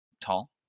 tall